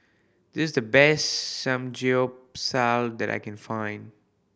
this the best Samgyeopsal that I can find